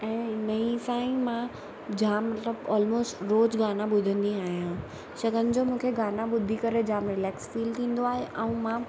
ऐं हिन ई सां ई मां जाम मतलबु ऑलमोस्ट रोज़ु गाना ॿुधंदी आहियां छाकाणि जो मूंखे गाना ॿुधी करे जाम रिलेक्स फील थींदो आहे ऐं मां